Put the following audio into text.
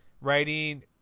Writing